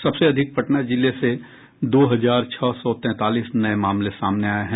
सबसे अधिक पटना जिले से दो हजार छह सौ तैंतालीस नये मामले सामने आये हैं